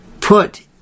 put